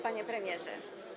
Panie Premierze!